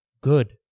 good